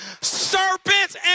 serpents